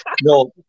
No